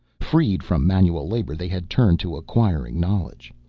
freed from manual labor they had turned to acquiring knowledge.